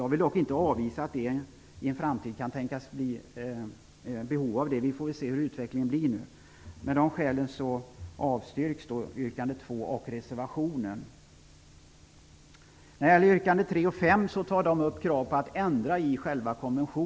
Jag vill dock inte avvisa att det i en framtid kan behövas. Vi får se hur utvecklingen blir. Med de skälen avstyrks yrkande 2 i motionen och därmed reservationen. I yrkandena 3 och 5 tas upp krav på ändringar i själva konventionen.